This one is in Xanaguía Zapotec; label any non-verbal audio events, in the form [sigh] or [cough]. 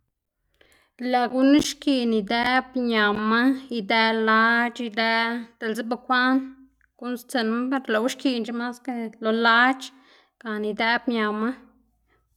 [noise] lëꞌ gunu xkiꞌn idëꞌb ñama, idëꞌ lac̲h̲ idëꞌ diꞌltse bukwaꞌn guꞌnnstsiꞌnma per lëꞌwu xkiꞌn mas que lo lac̲h̲ gana idëꞌb ñama.